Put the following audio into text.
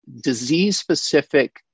disease-specific